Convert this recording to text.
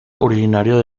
originario